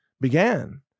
began